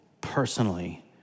personally